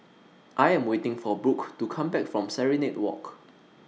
I Am waiting For Brook to Come Back from Serenade Walk